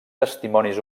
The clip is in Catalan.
testimonis